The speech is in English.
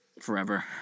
Forever